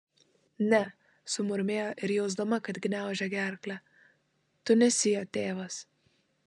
ne sumurmėjo ji jausdama kad gniaužia gerklę tu nesi jo tėvas